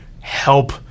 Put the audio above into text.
help